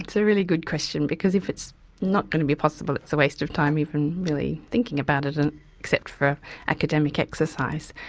it's a really good question, because if it's not going to be possible it's a waste of time, even really thinking about it, and except for academic exercise.